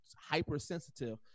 hypersensitive